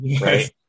right